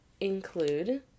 include